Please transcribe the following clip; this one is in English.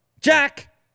Jack